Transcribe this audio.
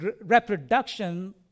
reproduction